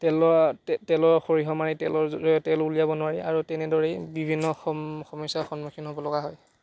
তেলৰ তে তেলৰ সৰিয়হ মাৰি তেলৰ জৰিয়তে তেল উলিয়াব নোৱাৰে আৰু তেনেদৰেই বিভিন্ন সম সমস্যাৰ সন্মুখীন হ'বলগা হয়